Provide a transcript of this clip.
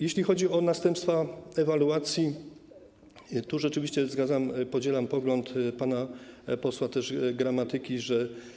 Jeśli chodzi o następstwa ewaluacji, tu rzeczywiście podzielam pogląd pana posła Gramatyki, że.